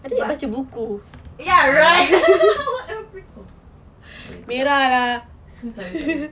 but ya right what the freak sorry too loud sorry sorry